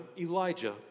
Elijah